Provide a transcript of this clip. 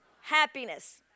happiness